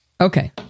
Okay